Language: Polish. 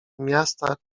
miasta